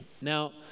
Now